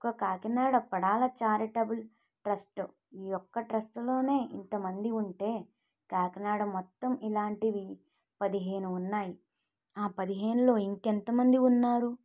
ఒక Kakinada Padala charitable trust ఈ ఒక్క ట్రస్ట్లో ఇంతమంది ఉంటే కాకినాడ మొత్తం ఇలాంటివి పదిహేను ఉన్నాయి ఆ పదిహేనులో ఇంకెంత మంది ఉన్నారు